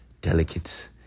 delicate